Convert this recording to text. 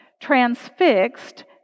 transfixed